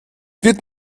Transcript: wird